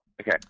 Okay